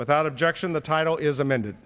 without objection the title is amended